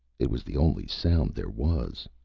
it was the only sound there was!